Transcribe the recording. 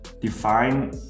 define